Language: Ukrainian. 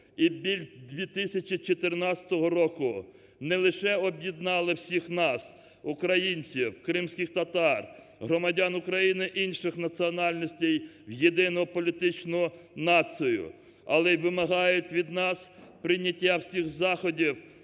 і біль 2014 року не лише об'єднала всіх нас: українців, кримських татар, громадян України інших національностей в єдину політичну націю – але і вимагає від нас прийняття всіх заходів,